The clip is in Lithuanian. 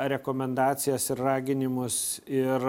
rekomendacijas ir raginimus ir